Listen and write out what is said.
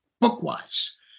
book-wise